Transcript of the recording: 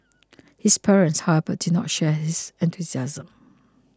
his parents however did not share his enthusiasm